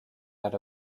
out